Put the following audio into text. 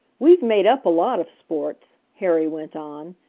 we've made up a lot of sports, harry went on,